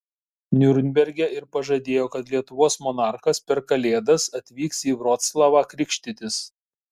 niurnberge ir pažadėjo kad lietuvos monarchas per kalėdas atvyks į vroclavą krikštytis